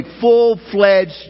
full-fledged